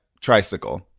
tricycle